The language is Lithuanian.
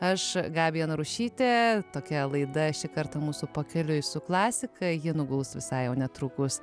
aš gabija narušytė tokia laida šį kartą mūsų pakeliui su klasika jie nuguls visai netrukus